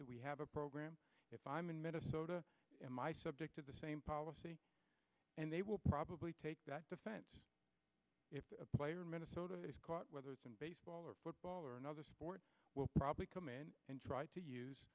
that we have a program if i'm in minnesota in my subject to the same policy and they will probably take that defense if a player in minnesota is caught whether it's in baseball or football or another sport will probably come in and try to use